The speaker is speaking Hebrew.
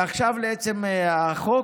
ועכשיו לעצם החוק.